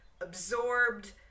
absorbed